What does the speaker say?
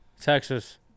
Texas